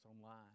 online